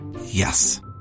Yes